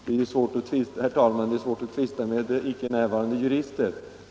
Herr talman! Det är svårt att tvista med icke närvarande jurister!